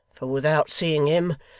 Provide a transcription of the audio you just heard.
for without seeing him,